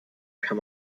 kann